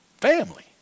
family